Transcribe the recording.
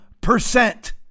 percent